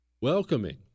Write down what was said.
welcoming